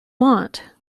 want